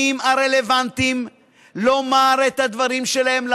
הרלוונטיים אפשרות לומר את הדברים שלהם,